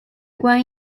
关押